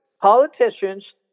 Politicians